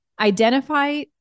Identify